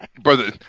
Brother